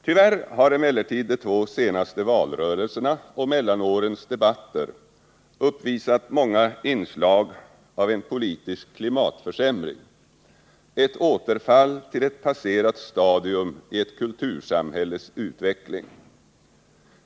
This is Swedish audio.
Tyvärr har emellertid de två senaste valrörelserna och mellanårens debatter uppvisat många inslag av en politisk klimatförsämring — ett återfall till ett passerat stadium i ett kultursamhälles utveckling.